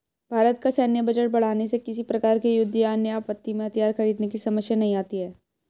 भारत का सैन्य बजट बढ़ाने से किसी प्रकार के युद्ध या अन्य आपत्ति में हथियार खरीदने की समस्या नहीं आती